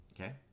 okay